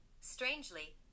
strangely